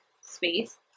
space